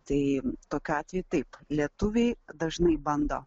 tai tokiu atveju taip lietuviai dažnai bando